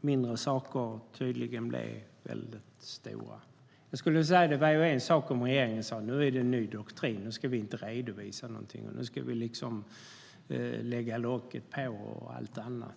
mindre saker tydligen bli väldigt stora. Det vore ju en sak om regeringen sa att det nu är en ny doktrin som innebär att vi inte ska redovisa någonting, utan vi ska lägga locket på.